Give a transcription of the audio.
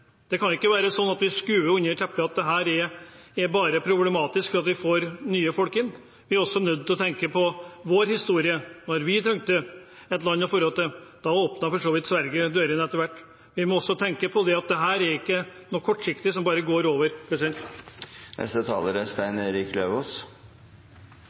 er problematisk at vi får nye folk inn. Vi er også nødt til å tenke på vår historie, da vi trengte et land å reise til. Da åpnet Sverige dørene etter hvert. Vi må også tenke på at dette er ikke noe kortsiktig, som bare går over. Jeg hører at flere fra regjeringspartiene – Fremskrittspartiet og Høyre – er